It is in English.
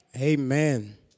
Amen